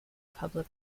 public